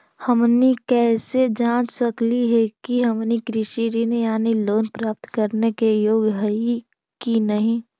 हमनी कैसे जांच सकली हे कि हमनी कृषि ऋण यानी लोन प्राप्त करने के योग्य हई कि नहीं?